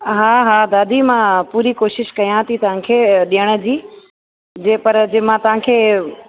हा हा दादी मां पूरी कोशिशि कया थी तव्हांखे ॾेयण जी जे पर जे मां तव्हांखे